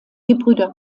gebr